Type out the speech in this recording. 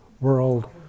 world